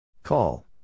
Call